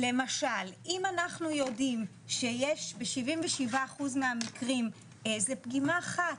למשל אם אנחנו יודעים שיש ב-77 אחוז מהמקרים איזה פגימה אחת,